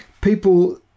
people